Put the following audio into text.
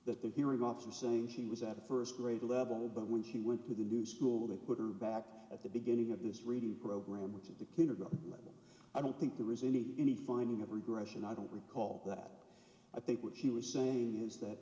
that the hearing officer saying she was at a first grade level but when she went to the new school they put her back at the beginning of this reading program which is the kindergarten level i don't think there is indeed any finding of regression i don't recall that i think what she was saying is that